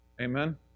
Amen